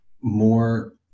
more